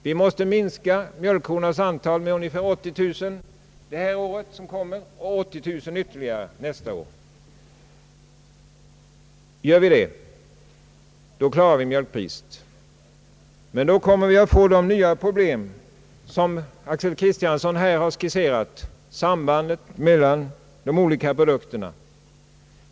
Vi måste minska mjölkkornas antal med 80 000 det år som kommer och ytterligare 80000 nästa år. Gör vi det, då klarar vi mjölkpriset, men då får vi de nya problem, som herr Axel Kristiansson här har skisserat, i samband mellan de olika produkterna.